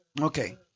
Okay